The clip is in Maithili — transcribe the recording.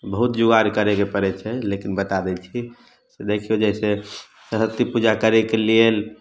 बहुत जुगाड़ करैके पड़ैत छै लेकिन बता दै छी से देखियौ जैसे सरस्वती पूजा करैके लिए